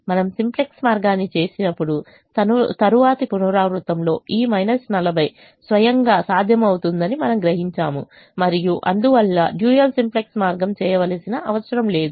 మనం సింప్లెక్స్ మార్గాన్ని చేసినప్పుడు తరువాతి పునరావృతంలో ఈ 40 స్వయంగా సాధ్యమవుతుందని మనము గ్రహించాము మరియు అందువల్ల డ్యూయల్ సింప్లెక్స్ మార్గం చేయవలసిన అవసరం లేదు